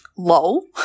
lol